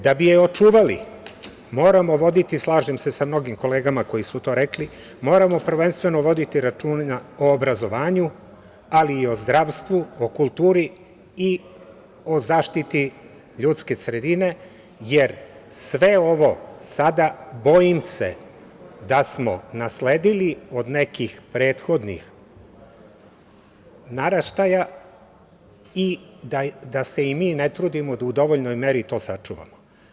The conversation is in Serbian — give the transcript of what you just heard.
Da bi je očuvali moramo voditi, slažem se sa mnogim kolegama koje su to rekle, moramo prvenstveno voditi računa o obrazovanju, ali i o zdravstvu, kulturi i o zaštiti ljudske sredine, jer sve ovo sada bojim se da smo nasledili od nekih prethodnih naraštaja i da se i mi ne trudimo da u dovoljnoj meri to sačuvamo.